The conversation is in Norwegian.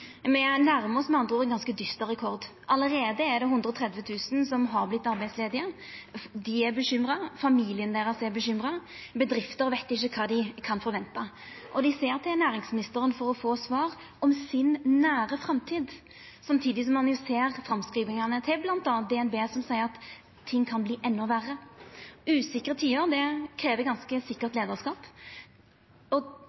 Me nærmar oss med andre ord ein ganske dyster rekord. Allereie er det 130 000 som har vorte arbeidsledige. Dei er bekymra, familiane deira er bekymra, og bedrifter veit ikkje kva dei kan forventa. Dei ser til næringsministeren for å få svar om si nære framtid, samtidig som ein ser framskrivingane til bl.a. DNB som seier at ting kan verta endå verre. Usikre tider krev ein ganske sikker leiarskap. Kva for tryggleik kan næringsministeren gje dei som opplever denne utryggleiken no, og